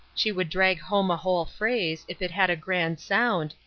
she would drag home a whole phrase, if it had a grand sound,